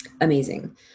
amazing